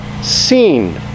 seen